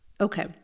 Okay